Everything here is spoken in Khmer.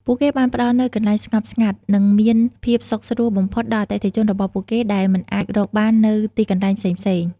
ពួកគេបានផ្តល់នូវកន្លែងស្ងប់ស្ងាត់ និងមានភាពសុខស្រួលបំផុតដល់អតិថិជនរបស់ពួកគេ ដែលមិនអាចរកបាននៅទីកន្លែងផ្សេងៗ។